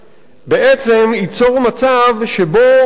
בעצם ייצור מצב שבו